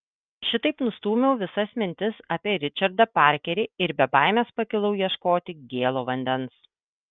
šitaip nustūmiau visas mintis apie ričardą parkerį ir be baimės pakilau ieškoti gėlo vandens